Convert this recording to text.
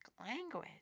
Language